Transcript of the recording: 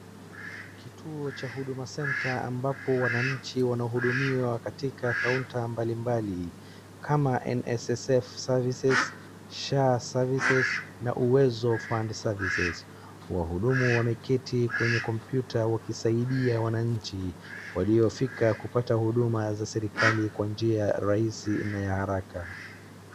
Kituo cha huduma center ambapo wananchi wanahudumiwa katika kaunta mbali mbali kama NSSF services , SHA sevices na UWEZO FUND services . Wahudumu wameketi kwenye kompyuta wakisaidia wananchi walio fika kupata huduma za serikali kwa njia rahisi na ya haraka.